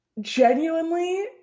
Genuinely